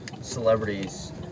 celebrities